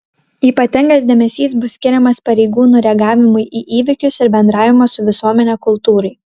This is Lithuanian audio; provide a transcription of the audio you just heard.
ypatingas dėmesys bus skiriamas pareigūnų reagavimui į įvykius ir bendravimo su visuomene kultūrai